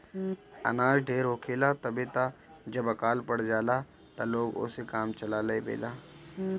अनाज ढेर होखेला तबे त जब अकाल पड़ जाला त लोग ओसे काम चला लेवेला